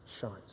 shines